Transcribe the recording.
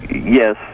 yes